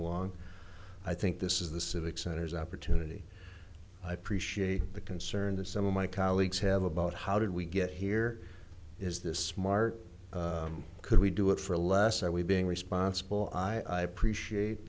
along i think this is the civic centers opportunity i preach the concern that some of my colleagues have about how did we get here is this smart could we do it for less are we being responsible i appreciate